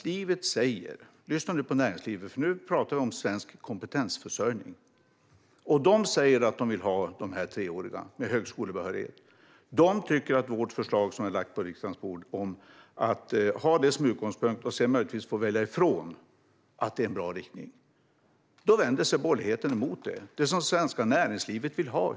Lyssna på näringslivet, för nu pratar vi om svensk kompetensförsörjning! Näringslivet säger att de vill ha treåriga utbildningar med högskolebehörighet. De tycker att det förslag som vi har lagt på riksdagens bord om att ha detta som utgångspunkt och sedan möjligtvis få välja ifrån är en bra inriktning. Då vänder sig borgerligheten emot detta - emot det som det svenska näringslivet vill ha.